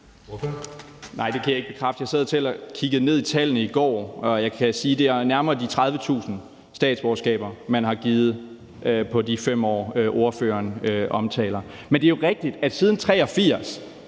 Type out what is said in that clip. Nej, det kan jeg ikke bekræfte. Jeg sad selv i går og kiggede ned i tallene, og jeg kan sige, at det nærmere er 30.000 statsborgerskaber, man har givet. Men det er jo rigtigt, at siden 1983,